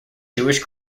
jewish